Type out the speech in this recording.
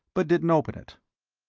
but didn't open it.